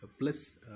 plus